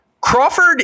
Crawford